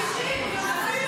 אפילו